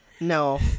No